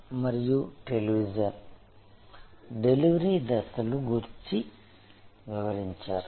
radio మరియు television delivery దశలు గూర్చి వివరించారు